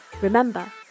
Remember